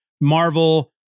Marvel